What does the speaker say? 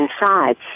inside